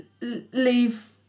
leave